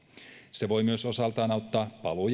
se voi myös osaltaan auttaa paluu